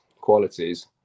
qualities